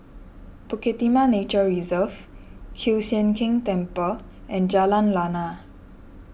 Bukit Timah Nature Reserve Kiew Sian King Temple and Jalan Lana